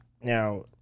now